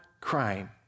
crime